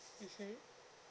mmhmm